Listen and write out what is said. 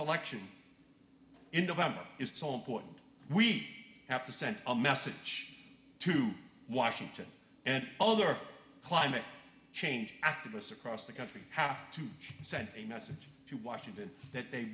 election in november is so important we have to send a message to washington and other climate change activists across the country have to send a message to washington that they